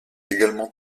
également